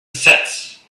sets